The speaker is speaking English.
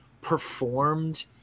performed